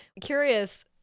curious